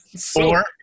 Four